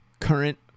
current